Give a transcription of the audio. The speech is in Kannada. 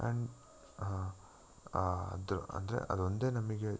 ಆ್ಯಂಡ್ ಅದು ಅಂದರೆ ಅದು ಒಂದೇ ನಮಗೆ